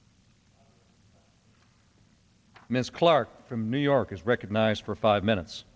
ms clark from new york is recognized for five minutes